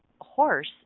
horse